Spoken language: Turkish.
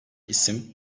isim